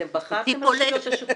אתם בחרתם או שכולם?